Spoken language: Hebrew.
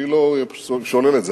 אני לא שולל את זה,